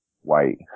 white